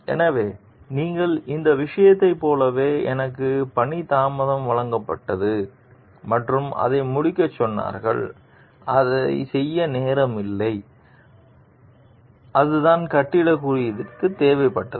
எனவே நீங்கள் இந்த விஷயத்தைப் போலவே எனக்கு பணி தாமதமாக வழங்கப்பட்டது மற்றும் அதை முடிக்கச் சொன்னார்கள் அதைச் செய்ய நேரமில்லை அதுதான் கட்டிடக் குறியீட்டுக்கு தேவைப்பட்டது